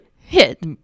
hit